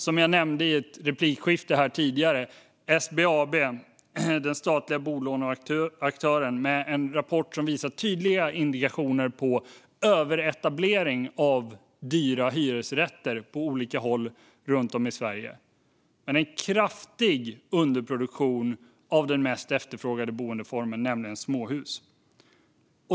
Som jag nämnde i ett tidigare replikskifte kom den statliga bolåneaktören SBAB i går med en rapport som visar tydliga indikationer på överetablering av dyra hyresrätter på olika håll i Sverige och en kraftig underproduktion av den mest efterfrågade boendeformen, nämligen småhus.